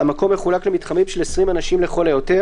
המקום מחולק למתחמים של 20 אנשים לכל היותר